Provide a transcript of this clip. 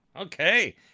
Okay